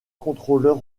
contrôleur